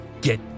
get